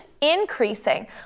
increasing